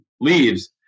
leaves